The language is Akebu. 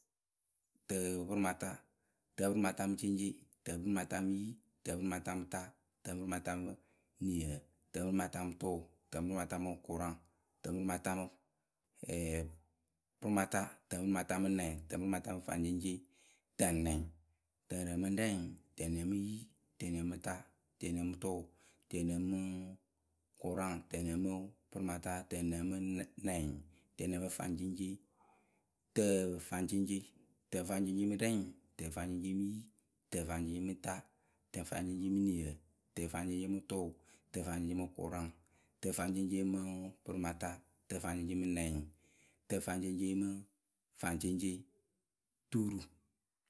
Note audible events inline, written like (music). tǝpǝrɩmata, tǝpǝrǝmata mɨ ceŋceŋ, tǝpǝrǝmata mǝ yi, tǝpǝrǝmata mɨ ta, tǝpǝrǝmata mɨ niǝ, tǝpǝrǝmata mɨ tʊʊ, tǝpǝrǝmata mɨ kʊraŋ, tǝpǝrǝmata mɨ, (hesitation) pǝrǝmata, tǝpǝrǝmata mɨ nɛŋ, tǝpǝrǝmata mɨ faŋceŋceŋ, tǝnɛŋ, tǝnɛŋ mɨ rɛŋ, tǝnɛŋ mɨ yi, tǝnɛŋ mɨ ta, tǝnɛŋ mɨ tʊʊ, tǝnɛŋ mɨ, kʊraŋ, tǝnɛŋ mɨ pǝrǝmata, tǝnɛŋ mɨ nɛŋ, tǝnɛŋ mɨ faŋceŋceŋ, tǝfaŋceŋceŋ, tǝfaŋceŋceŋ mɨ rɛŋ, tǝfaŋceŋceŋ mɨ yi, tǝfaŋceŋceŋ mɨ ta, tǝfaŋceŋceŋ mɨ niǝ, tǝfaŋceŋceŋ mɨ tʊʊ, tǝfaŋceŋceŋ mɨ kʊraŋ, tǝfaŋceŋceŋ mɨ pǝrɩmata, tǝfaŋceŋceŋ mɨ nɛŋ, tǝfaŋceŋceŋ mɨ faŋceŋceŋ, tuuru.